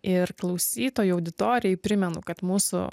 ir klausytojų auditorijai primenu kad mūsų